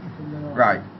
right